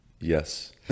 Yes